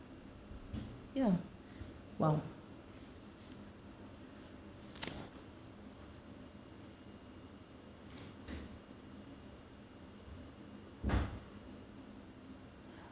ya !wow!